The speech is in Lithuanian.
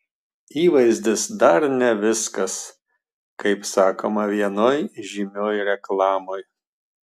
įvaizdis dar ne viskas kaip sakoma vienoj žymioj reklamoj